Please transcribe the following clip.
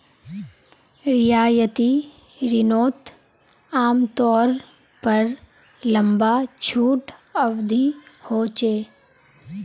रियायती रिनोत आमतौर पर लंबा छुट अवधी होचे